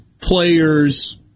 players